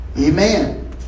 Amen